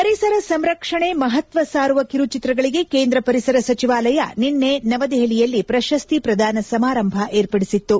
ಪರಿಸರ ಸಂರಕ್ಷಣೆ ಮಹತ್ವ ಸಾರುವ ಕಿರು ಚಿತ್ರಗಳಿಗೆ ಕೇಂದ್ರ ಪರಿಸರ ಸಚಿವಾಲಯ ನಿನ್ನೆ ನವದೆಹಲಿಯಲ್ಲಿ ಪ್ರಶಸ್ತಿ ಪ್ರದಾನ ಸಮಾರಂಭ ಏರ್ಪಡಿಸಿತು